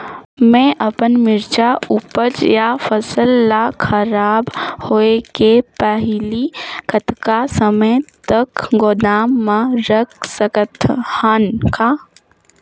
मैं अपन मिरचा ऊपज या फसल ला खराब होय के पहेली कतका समय तक गोदाम म रख सकथ हान ग?